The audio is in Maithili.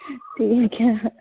ठीक हइ